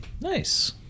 Nice